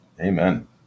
Amen